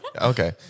Okay